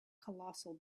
colossal